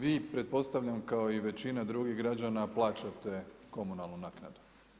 Vi pretpostavljam, kao i većina drugih građana plaćate komunalnu naknadu.